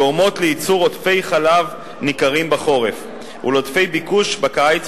גורמות לייצור עודפי חלב ניכרים בחורף ולעודפי ביקוש בקיץ,